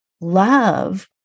love